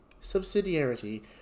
Subsidiarity